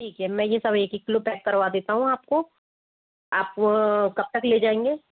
ठीक है मैं ये सब एक एक किलो पैक करवा देता हूँ आपको आप कब तक ले जाएंगे